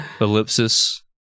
ellipsis